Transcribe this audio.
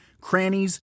crannies